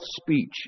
speech